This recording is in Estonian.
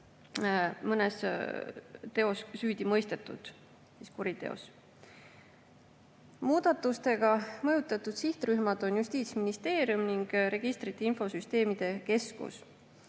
mõnes kuriteos süüdi mõistetud. Muudatustega mõjutatud sihtrühmad on Justiitsministeerium ning Registrite ja Infosüsteemide Keskus.